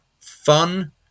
fun